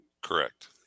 correct